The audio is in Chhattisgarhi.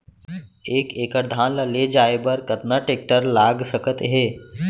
एक एकड़ धान ल ले जाये बर कतना टेकटर लाग सकत हे?